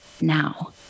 now